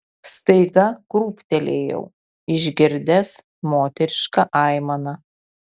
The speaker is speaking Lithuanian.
staiga krūptelėjau išgirdęs moterišką aimaną